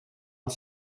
een